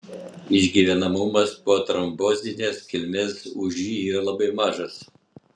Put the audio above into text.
išgyvenamumas po trombozinės kilmės ūži yra labai mažas